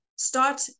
Start